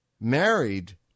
married